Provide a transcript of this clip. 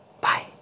Bye